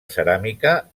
ceràmica